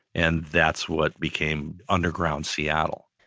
and that's what became underground seattle.